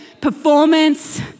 performance